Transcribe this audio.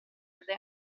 verde